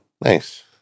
Nice